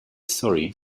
story